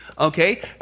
Okay